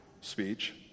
speech